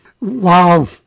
Wow